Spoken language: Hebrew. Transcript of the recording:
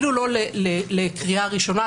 אפילו לקריאה ראשונה,